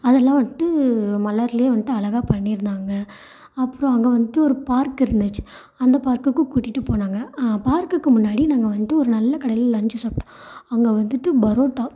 அதெல்லாம் வந்துட்டு மலர்லே வந்துட்டு அழகாக பண்ணியிருந்தாங்க அப்புறம் அங்கே வந்துட்டு ஒரு பார்க் இருந்துச்சு அந்த பார்க்குக்கும் கூட்டிட்டு போனாங்க பார்க்குக்கு முன்னாடி நாங்கள் வந்துட்டு ஒரு நல்ல கடையில் லன்ச் சாப்பிட்டோம் அங்கே வந்துட்டு பரோட்டா